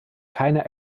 keine